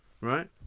Right